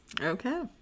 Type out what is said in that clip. okay